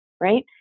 right